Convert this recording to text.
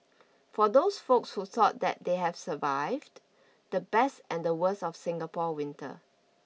for those folks who thought that they have survived the best and the worst of Singapore winter